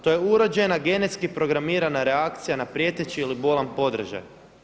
To je urođena, genetski programirana reakcija na prijeteći ili bolan podražaj.